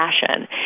fashion